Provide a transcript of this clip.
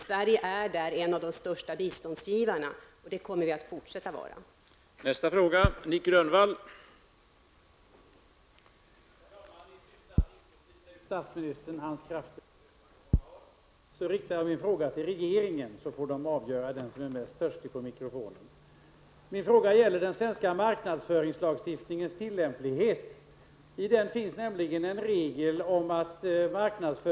Sverige är en av de största biståndsgivarna och det kommer vi att fortsätta att vara.